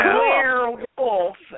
werewolf